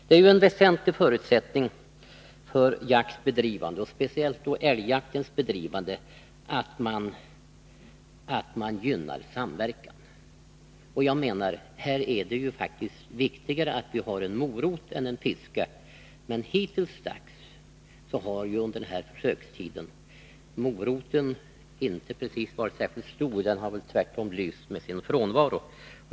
Det är en väsentlig förutsättning för jakts bedrivande, framför allt älgjaktens bedrivande, att samverkan gynnas. Här är det faktiskt viktigare att vi har en morot än en piska. Men hittilldags under prövotiden har moroten inte varit särskilt stor — den har väl tvärtom lyst med sin frånvaro.